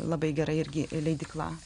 labai gera irgi leidykla